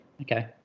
Okay